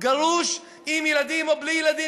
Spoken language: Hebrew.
גרוש עם ילדים או בלי ילדים,